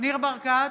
ניר ברקת,